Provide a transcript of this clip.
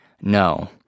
No